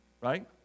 right